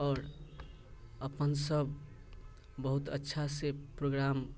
आओर अपन सभ बहुत अच्छा से प्रोग्राम